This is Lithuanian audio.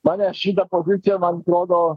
mane šita pozicija man atrodo